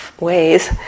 ways